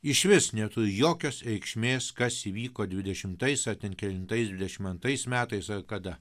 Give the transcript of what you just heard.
išvis neturi jokios reikšmės kas įvyko dvidešimtais ar kelintais dvidešim antrais metais ar kada